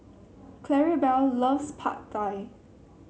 Claribel loves Pad Thai